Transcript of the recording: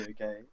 okay